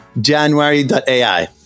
January.ai